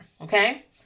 Okay